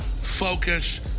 focus